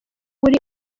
uri